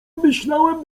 myślałem